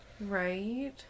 Right